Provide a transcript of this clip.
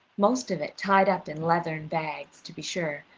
most of it tied up in leathern bags, to be sure,